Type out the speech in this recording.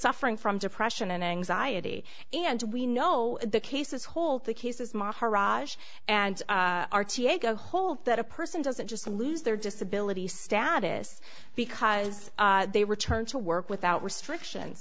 suffering from depression and anxiety and we know the cases hold the cases maharaj and r t a go hold that a person doesn't just lose their disability status because they returned to work without restriction